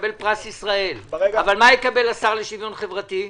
יקבל פרס ישראל אבל מה יקבל השר לשוויון חברתי?